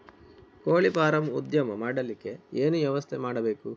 ಕೋಳಿ ಫಾರಂ ಉದ್ಯಮ ಮಾಡಲಿಕ್ಕೆ ಏನು ವ್ಯವಸ್ಥೆ ಮಾಡಬೇಕು?